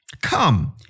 Come